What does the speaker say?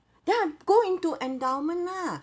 then I go into endowment lah